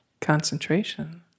concentration